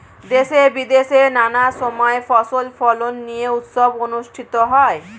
দেশে বিদেশে নানা সময় ফসল ফলন নিয়ে উৎসব অনুষ্ঠিত হয়